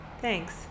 Thanks